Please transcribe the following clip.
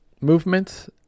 movement